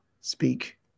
speak